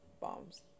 bombs